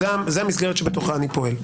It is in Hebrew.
זאת המסגרת שבתוכה אני פועל.